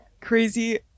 crazy